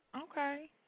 Okay